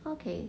okay